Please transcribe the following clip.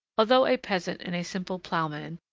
although a peasant and a simple ploughman,